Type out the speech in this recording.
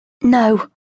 No